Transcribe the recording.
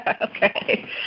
Okay